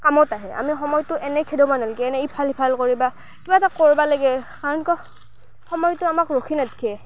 কামত আহে আমি সময়টো এনেই খেদাব নালগে এনেই ইফাল সিফাল কৰি বা কিবা এটা কৰিব লাগে কাৰণ কিয় সময়টো আমাক ৰখি নাথাকে